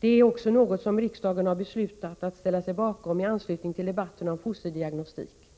Det är också något som riksdagen har beslutat att ställa sig bakom i anslutning till debatten om fosterdiagnostik.